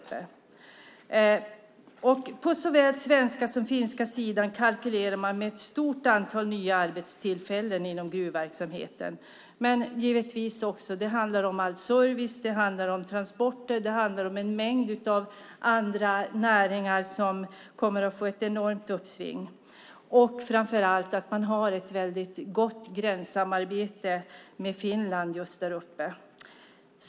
På såväl den svenska som den finska sidan kalkylerar man med ett stort antal nya arbetstillfällen inom gruvverksamheten men givetvis också inom service, transporter och en mängd andra näringar som kommer att få ett enormt uppsving. Man har också ett mycket gott samarbete med Finland.